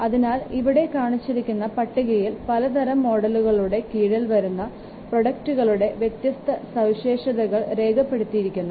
അതിനാൽ ഇവിടെ കാണിച്ചിരിക്കുന്ന പട്ടികയിൽ പലതരം മോഡലുകളുടെ കീഴിൽ വരുന്ന പ്രോഡക്ടുകളുടെ വ്യത്യസ്ത സവിശേഷതകൾ രേഖപ്പെടുത്തിയിരിക്കുന്നു